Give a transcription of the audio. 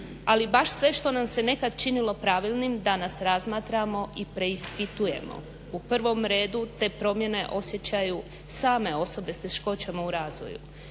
ali baš sve što nam se nekad činilo pravilnim danas razmatramo i preispitujemo. U prvom redu te promjene osjećaju same osobe s teškoćama u razvoju.